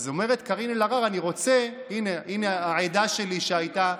אז אומרת קארין אלהרר, הינה העדה שלי, שהייתה,